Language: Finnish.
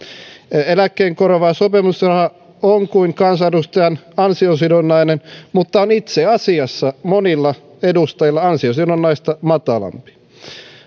eläkkeen korvaava sopeutumisraha on kuin kansanedustajan ansiosidonnainen mutta on itse asiassa monilla edustajilla ansiosidonnaista matalampi